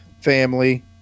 family